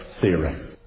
theory